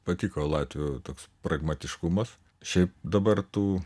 patiko latvių toks pragmatiškumas šiaip dabar tų